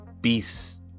beasts